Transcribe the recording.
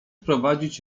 prowadzić